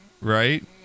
right